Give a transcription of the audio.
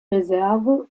reserve